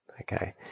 Okay